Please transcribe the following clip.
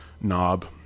knob